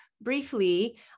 briefly